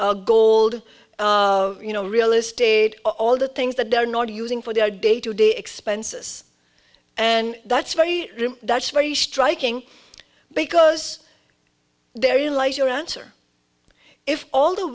gold you know real estate all the things that they're not using for their day to day expenses and that's very that's very striking because there in lies your answer if all the